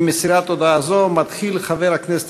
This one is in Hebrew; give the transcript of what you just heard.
עם מסירת הודעה זו מתחיל חברת הכנסת